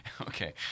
okay